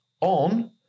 on